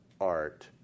art